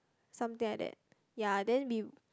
something like that ya then we